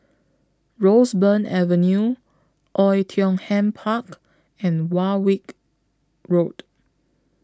Roseburn Avenue Oei Tiong Ham Park and Warwick Road